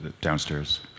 Downstairs